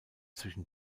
zwischen